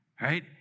Right